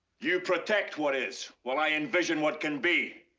you protect what is, while i envision what can be.